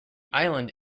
island